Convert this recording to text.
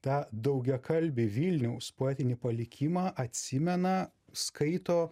tą daugiakalbį vilniaus poetinį palikimą atsimena skaito